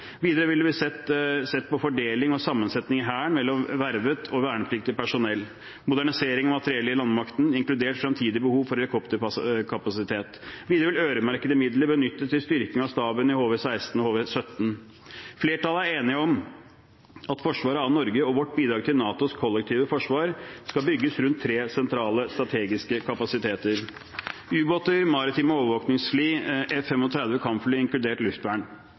Videre vil det bli sett på fordeling og sammensetning i Hæren mellom vervet og vernepliktig personell og modernisering av materiellet i landmakten, inkludert fremtidig behov for helikopterkapasitet. Videre vil øremerkede midler benyttes til styrking av staben i HV-16 og HV-17. Flertallet er enig om at forsvaret av Norge og vårt bidrag til NATOs kollektive forsvar skal bygges rundt tre sentrale strategiske kapasiteter: ubåter, maritime overvåkingsfly og F-35 kampfly, inkludert luftvern.